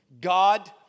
God